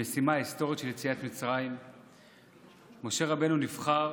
למשימה ההיסטורית של יציאת מצרים משה רבנו נבחר